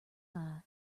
eye